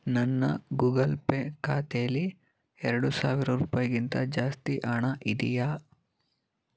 ನನ್ನ Google Pay ಖಾತೇಲಿ ಎರಡು ಸಾವಿರ ರೂಪಾಯಿಗಿಂತ ಜಾಸ್ತಿ ಹಣ ಇದೆಯಾ